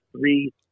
three